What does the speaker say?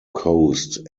coast